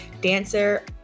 dancer